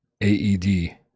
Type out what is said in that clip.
AED